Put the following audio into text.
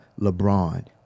LeBron